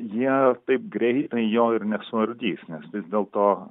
jie taip greitai jo ir nesurūdys nes vis dėlto